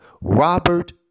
Robert